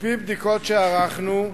על-פי בדיקות שערכנו,